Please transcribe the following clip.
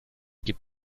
gibt